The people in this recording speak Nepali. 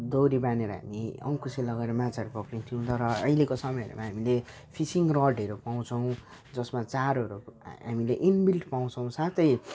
डोरी बाँधेर हामी अङ्कुसे लगाएर माछाहरू पक्रिन्थ्यौँ र अहिलेको समयहरूमा हामीले फिसिङ रडहरू पाउँछौँ जसमा चारोहरू हामीले इन्बिल्ड पाउँछौँ साथै